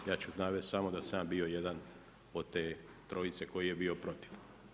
Ja ću kazati samo da sam ja bio jedan od te trojice koji je bio protiv.